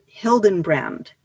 Hildenbrand